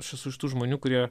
aš esu iš tų žmonių kurie